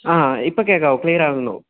ആ ഇപ്പോള് കേള്ക്കാമോ ക്ലിയറാണോ